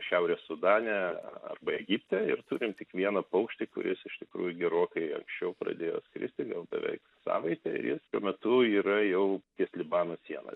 šiaurės sudane arba egipte ir turim tik vieną paukštį kuris iš tikrųjų gerokai anksčiau pradėjo skristi vėl beveik savaitę jis šiuo metu yra jau ties libano sienos